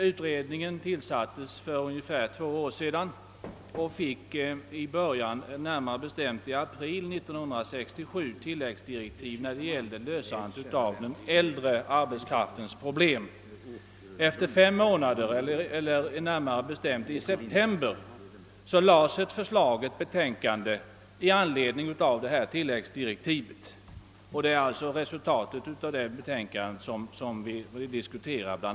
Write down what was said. Utredningen tillsattes för ungefär två år sedan och fick i början, närmare bestämt i april 1967, tilläggsdirektiv beträffande lösandet av den äldre arbetskraftens problem. Efter fem månader — i september — framlades ett betänkande i anledning av dessa tilläggsdirektiv. Det är alltså bl.a. resultatet av detta betänkande som vi diskuterar i dag.